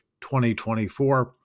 2024